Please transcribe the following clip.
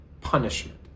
punishment